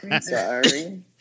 Sorry